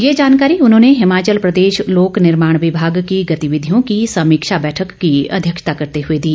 ये जानकारी उन्होंने हिमाचल प्रदेश लोक निर्माण विभाग की गतिविधियों की समीक्षा बैठक की अध्यक्षता करते हुए दी